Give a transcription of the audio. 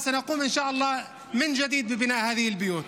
ובעזרת השם אנו נבנה מחדש את הבתים האלה.)